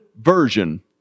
version